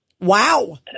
Wow